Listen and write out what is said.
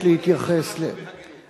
חבר הכנסת אלדד, בוא אגיד לך משהו בהגינות.